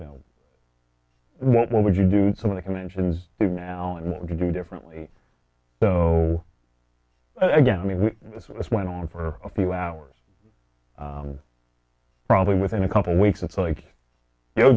you know when would you do some of the conventions now and what would you do differently so again i mean this went on for a few hours and probably within a couple of weeks it's like you